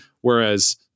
whereas